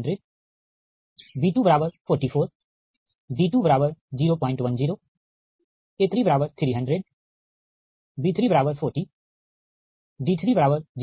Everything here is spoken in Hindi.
d1015a2400 b244 d2010a3300 b340 d3018